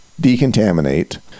decontaminate